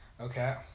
Okay